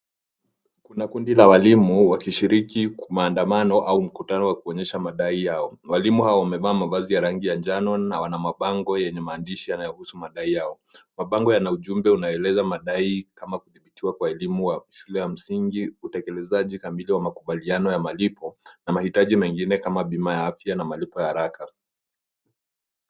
Kuna kundi la waalimu wakishiriki maandamano au mkutano wa kuonyesha madai yao. Walimu hao wamevaa mavazi ya rangi ya njano na wana mabango yenye maandishi yanayohusu madai yao. Mabango yana ujumbe unayoeleza madai kama kudhibitiwa kwa elimu wa shule ya msingi, utekelezaji kamili wa makubaliano ya malipo na mahitaji mengine kama bima ya afya na malipo ya haraka.